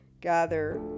gather